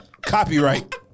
Copyright